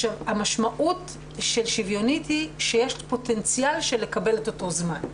המשמעות של שוויונית היא שיש פוטנציאל של לקבל את אותו זמן.